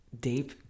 deep